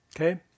okay